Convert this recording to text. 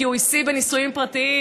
כי הוא השיא בנישואים פרטיים,